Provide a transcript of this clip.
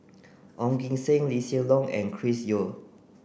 Ong Kim Seng Lee Hsien Loong and Chris Yeo